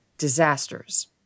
disasters